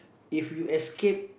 if you escape